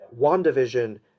WandaVision